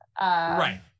Right